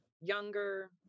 younger